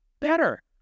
Better